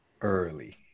early